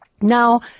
Now